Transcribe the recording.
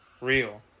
real